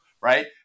Right